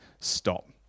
stop